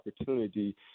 opportunity